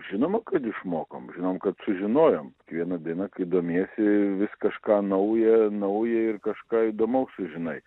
žinoma kad išmokom žinom kad sužinojom kiekvieną dieną kai domiesi vis kažką naują naują ir kažką įdomaus sužinai